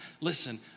listen